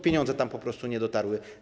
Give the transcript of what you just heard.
Pieniądze tam po prostu nie dotrą.